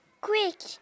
Quick